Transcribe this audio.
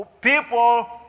People